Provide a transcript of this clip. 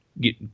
get